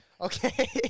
Okay